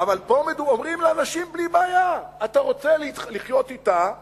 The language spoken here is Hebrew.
אבל פה אומרים לאנשים בלי בעיה: אתה רוצה לחיות אתה?